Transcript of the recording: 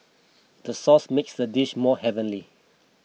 the sauce makes this dish more heavenly